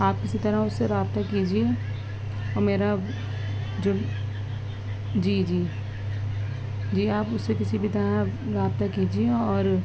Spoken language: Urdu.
آپ کسی طرح اس سے رابطہ کیجیے اور میرا جو جی جی جی آپ اس سے کسی بھی طرح رابطہ کیجیے اور